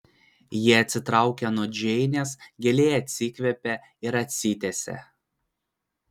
ji atsitraukė nuo džeinės giliai atsikvėpė ir atsitiesė